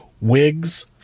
wigs